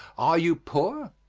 are you poor?